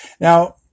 Now